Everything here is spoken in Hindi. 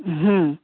हम्म